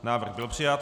Návrh byl přijat.